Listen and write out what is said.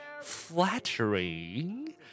flattering